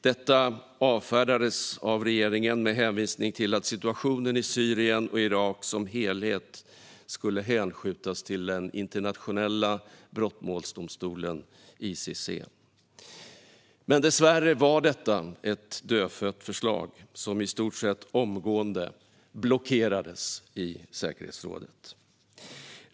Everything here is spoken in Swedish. Detta avfärdades av regeringen med hänvisning till att situationen i Syrien och Irak som helhet skulle hänskjutas till Internationella brottmålsdomstolen, ICC. Men det var dessvärre ett dödfött förslag, som i stort sett omgående blockerades i säkerhetsrådet.